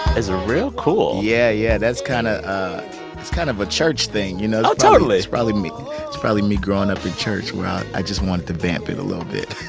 it's real cool yeah. yeah. that's kind of it's kind of a church thing. you know? ah totally it's probably me it's probably me growing up in church where i just wanted to vamp it a little bit.